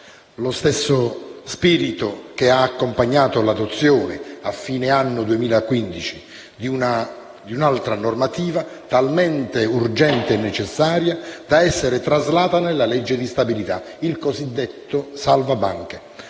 Lo stesso spirito ha accompagnato l'adozione, a fine 2015, di un'altra normativa talmente urgente e necessaria da essere traslata nella legge di stabilità. Mi riferisco al cosiddetto salva banche,